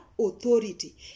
authority